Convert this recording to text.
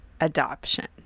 adoption